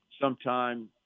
sometime